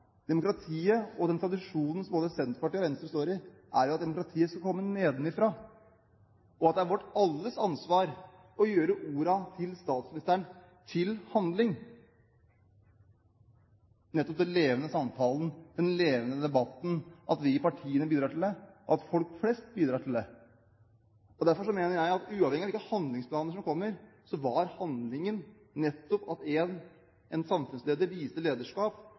Demokratiet – og den tradisjonen som både Senterpartiet og Venstre står i – skal komme nedenfra. Det er alles ansvar å gjøre ordene til statsministeren til handling, at vi i partiene og folk flest bidrar til nettopp den levende samtalen, den levende debatten. Derfor mener jeg at uavhengig av hvilke handlingsplaner som kommer, var handlingen nettopp at en samfunnsleder viste lederskap